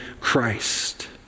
Christ